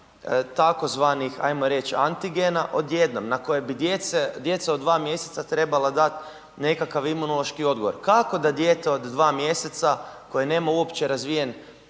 tzv. ajmo reći antigena odjednom na kojem bi djeca od 2 mj. trebala dat nekakav imunološki odgovor. Kako da dijete od 2 mj. koje nema uopće razvijen